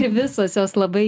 ir visos jos labai